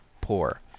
Poor